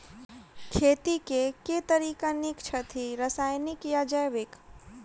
खेती केँ के तरीका नीक छथि, रासायनिक या जैविक?